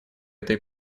этой